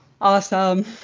awesome